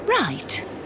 Right